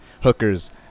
hookers